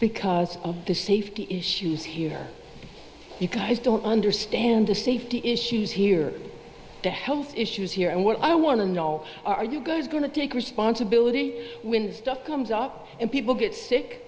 because of the safety issues here you guys don't understand the safety issues here the health issues here and what i want to know are you guys going to take responsibility when the stock comes up and people get sick